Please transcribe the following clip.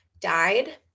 died